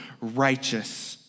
righteous